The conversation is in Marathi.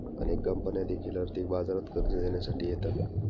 अनेक कंपन्या देखील आर्थिक बाजारात कर्ज देण्यासाठी येतात